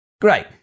Great